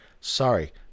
sorry